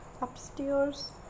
upstairs